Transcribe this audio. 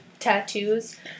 tattoos